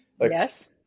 Yes